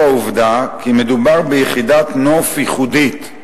העובדה כי מדובר ביחידת נוף ייחודית,